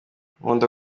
nkunda